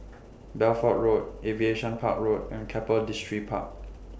Bedford Road Aviation Park Road and Keppel Distripark